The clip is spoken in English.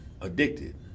addicted